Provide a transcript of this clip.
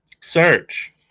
Search